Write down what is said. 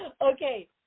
Okay